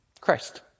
Christ